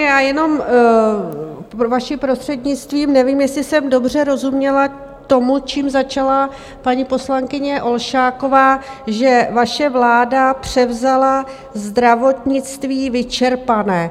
Já jenom, vaším prostřednictvím, nevím, jestli jsem dobře rozuměla tomu, čím začala paní poslankyně Olšáková, že vaše vláda převzala zdravotnictví vyčerpané.